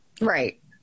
right